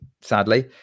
sadly